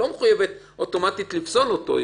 ועדת המכרזים לא מחויבת אוטומטית לפסול אותו,